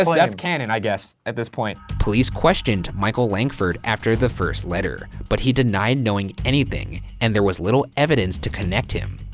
like that's canon i guess at this point. police questioned michael langford after the first letter, but he denied knowing anything and there was little evidence to connect him.